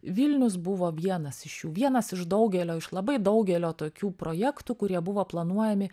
vilnius buvo vienas iš jų vienas iš daugelio iš labai daugelio tokių projektų kurie buvo planuojami